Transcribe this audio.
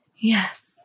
Yes